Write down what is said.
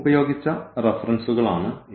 ഉപയോഗിച്ച റഫറൻസുകളാണ് ഇവ